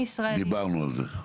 דיברנו על זה.